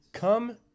Come